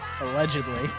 allegedly